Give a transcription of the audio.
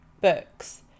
books